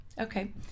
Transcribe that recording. Okay